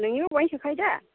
नोंनिबो बहाय सोखायो दा